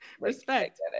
Respect